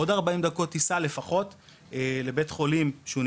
עוד 40 דקות טיסה לפחות לבית חולים עם יחידת